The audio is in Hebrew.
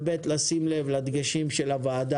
ודבר שני, לשים לב לדגשים של הוועדה